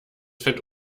fett